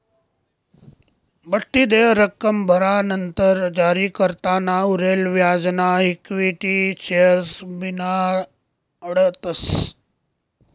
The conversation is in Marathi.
बठ्ठी देय रक्कम भरानंतर जारीकर्ताना उरेल व्याजना इक्विटी शेअर्स बनाडतस